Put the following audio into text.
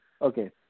Okay